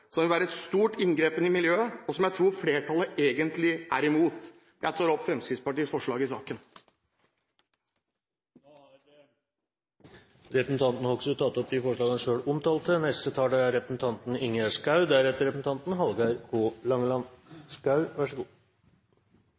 vil være et stort inngrep i miljøet, og som jeg tror flertallet egentlig er imot. Jeg tar opp Fremskrittspartiets forslag i saken. Representanten Bård Hoksrud har tatt opp de forslagene han omtalte. Denne saken er